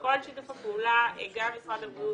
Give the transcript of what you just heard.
כל שיתוף הפעולה גם עם משרד הבריאות,